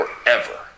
forever